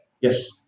Yes